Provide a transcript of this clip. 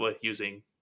using